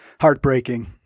heartbreaking